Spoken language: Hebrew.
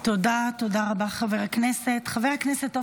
תודה רבה, חבר הכנסת.